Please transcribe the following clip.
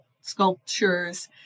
sculptures